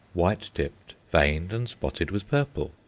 white tipped, veined and spotted with purple,